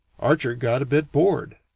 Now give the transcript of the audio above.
archer got a bit bored.